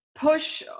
push